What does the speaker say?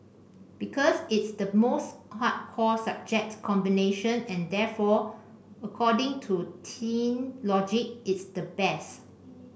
because it's the most hardcore subject combination and therefore according to teen logic it's the best